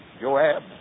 Joab